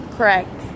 Correct